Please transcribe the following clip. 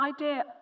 idea